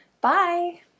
Bye